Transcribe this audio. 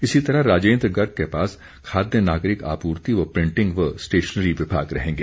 इसी तरह राजेन्द्र गर्ग के पास खाद्य नागरिक आपूर्ति व प्रिटिंग व स्टेशनरी विभाग रहेंगे